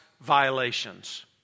violations